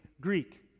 Greek